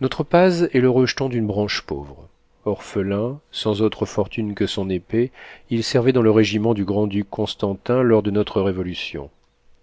notre paz est le rejeton d'une branche pauvre orphelin sans autre fortune que son épée il servait dans le régiment du grand-duc constantin lors de notre révolution